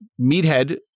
Meathead